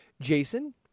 Jason